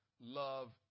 love